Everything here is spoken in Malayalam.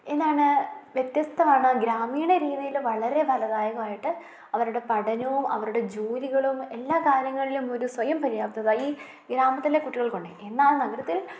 എന്താണ് വ്യത്യസ്തമാണ് ഗ്രാമീണരീതിയിൽ വളരെ ഫലദായകമായിട്ട് അവരുടെ പഠനവും അവരുടെ ജോലികളും എല്ലാ കാര്യങ്ങളിലും ഒരു സ്വയം പര്യാപ്തത ഈ ഗ്രാമത്തിലെ കുട്ടികൾക്കുണ്ട് എന്നാൽ നഗരത്തിൽ